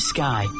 Sky